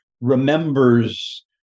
remembers